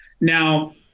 Now